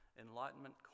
Enlightenment